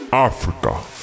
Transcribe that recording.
Africa